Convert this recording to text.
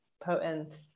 potent